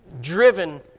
driven